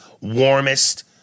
warmest